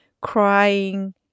crying